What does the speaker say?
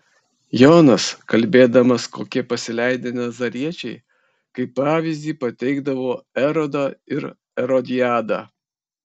jonas kalbėdamas kokie pasileidę nazariečiai kaip pavyzdį pateikdavo erodą ir erodiadą